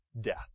death